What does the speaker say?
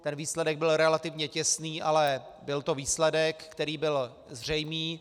Ten výsledek byl relativně těsný, ale byl to výsledek, který byl zřejmý.